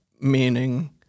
meaning